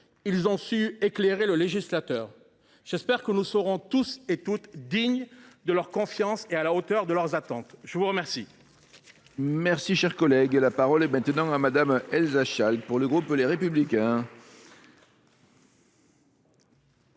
et éclairer le législateur. J’espère que nous serons tous et toutes dignes de leur confiance et à la hauteur de leurs attentes. La parole